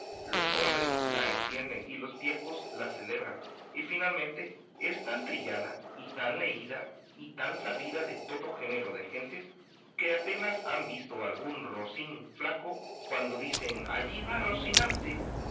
los hombres la entienden y los viejos la celebran y finalmente es tan trillada y tan leída y tan sabida de todo género de gentes que apenas han visto algún rocín flaco cuando dicen allí va rocinante